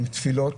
עם תפילות